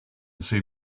see